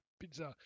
pizza